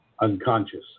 Unconscious